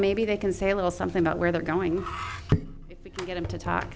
maybe they can say a little something about where they're going to get him to talk